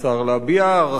להביע הערכה